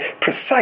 precise